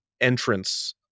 entrance